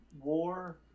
war